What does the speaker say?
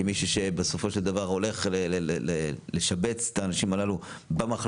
כמי שבסופו של דבר הולך לשבץ את האנשים הללו במחלקות,